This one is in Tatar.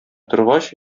торгач